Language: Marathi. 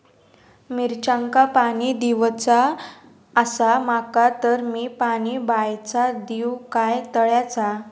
मिरचांका पाणी दिवचा आसा माका तर मी पाणी बायचा दिव काय तळ्याचा?